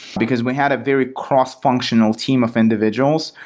because we had a very cross-functional team of individuals.